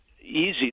easy